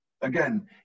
again